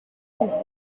within